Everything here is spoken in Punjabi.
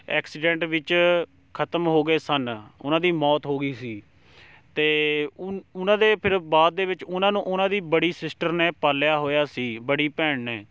ਐਕਸੀਡੈਂਟ ਵਿੱਚ ਖਤਮ ਹੋ ਗਏ ਸਨ ਉਹਨਾਂ ਦੀ ਮੌਤ ਹੋ ਗਈ ਸੀ ਅਤੇ ਉ ਉਹਨਾਂ ਦੇ ਫਿਰ ਬਾਅਦ ਦੇ ਵਿੱਚ ਉਹਨਾਂ ਨੂੰ ਉਹਨਾਂ ਦੀ ਬੜੀ ਸਿਸਟਰ ਨੇ ਪਾਲਿਆ ਹੋਇਆ ਸੀ ਬੜੀ ਭੈਣ ਨੇ